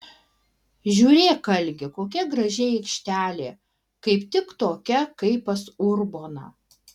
žiūrėk algi kokia graži aikštelė kaip tik tokia kaip pas urboną